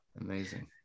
amazing